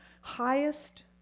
Highest